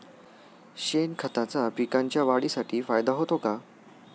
शेणखताचा पिकांच्या वाढीसाठी फायदा होतो का?